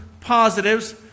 positives